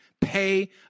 Pay